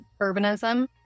urbanism